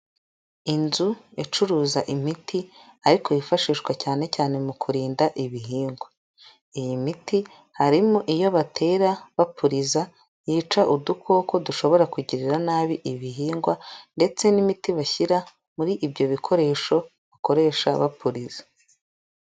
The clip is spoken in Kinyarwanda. Inzu icuruza imiti ariko yifashishwa cyane cyane mu kurinda ibihingwa, iyi miti harimo iyo batera bapuriza yica udukoko dushobora kugirira nabi ibihingwa ndetse n'imiti bashyira muri ibyo bikoresho bakoresha bapuriza.